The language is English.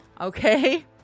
Okay